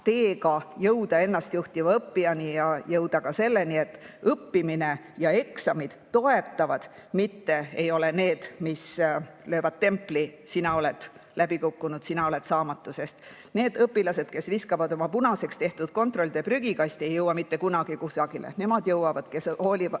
teel, jõuda ennastjuhtiva õppijani ja jõuda ka selleni, et õppimine ja eksamid toetavad, mitte ei ole need, mis löövad templi, et sina oled läbi kukkunud, sina oled saamatu. Need õpilased, kes viskavad oma punaseks tehtud kontrolltöö prügikasti, ei jõua mitte kunagi kusagile. Nemad jõuavad, kes hoolivad